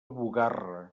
bugarra